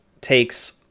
takes